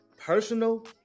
Personal